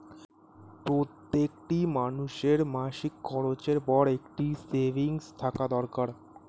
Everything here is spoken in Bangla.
প্রত্যেকটি মানুষের মাসিক খরচের পর একটা সেভিংস থাকা দরকার